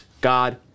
God